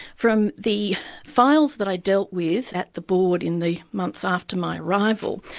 from the files that i dealt with at the board in the months after my arrival,